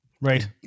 Right